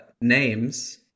names